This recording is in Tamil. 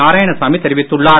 நாராயணசாமி தெரிவித்துள்ளார்